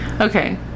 Okay